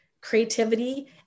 creativity